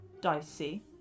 dicey